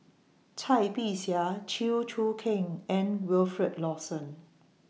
Cai Bixia Chew Choo Keng and Wilfed Lawson